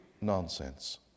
nonsense